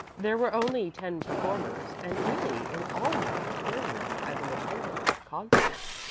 there were only ten performers, and really, in all my experience as an attendant at concerts,